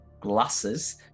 glasses